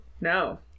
No